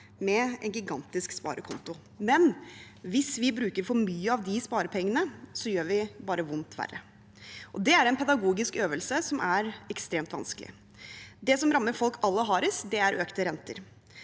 med en gigantisk sparekonto, men hvis vi bruker for mye av de sparepengene, gjør vi bare vondt verre – og det er en pedagogisk øvelse som er ekstremt vanskelig. Det som rammer folk aller hardest, er økte renter.